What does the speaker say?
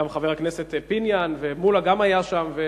וגם חברי הכנסת פיניאן ומולה היו שם.